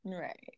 Right